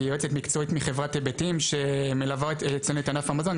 היא יועצת מקצועית מחברת היבטים שמלווה אצלנו את ענף המזון.